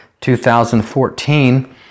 2014